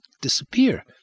disappear